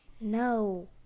No